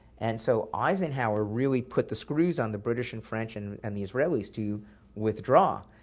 and so eisenhower really put the screws on the british and french and and the israelis to withdraw.